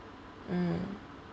mm